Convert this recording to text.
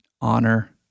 honor